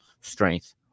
strength